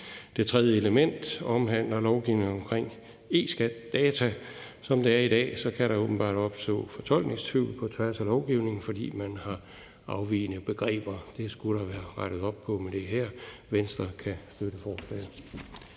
Det tredje element omhandler lovgivning omkring eSkatData. Som det er i dag, kan der åbenbart opstå fortolkningstvivl på tværs af lovgivning, fordi man har afvigende begreber. Det skulle der blive rettet op på med det her. Venstre kan støtte forslaget.